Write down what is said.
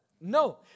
No